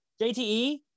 JTE